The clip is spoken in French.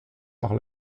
par